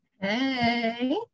hey